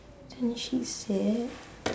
then she said